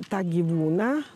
tą gyvūną